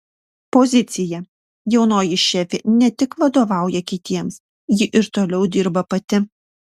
pozicija jaunoji šefė ne tik vadovauja kitiems ji ir toliau dirba pati